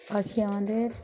পাখি আমাদের